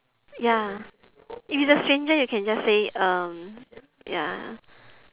ya if it's a stranger you can just say um ya